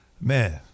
Man